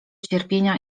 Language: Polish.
cierpienia